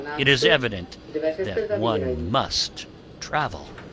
it is evident that one must travel.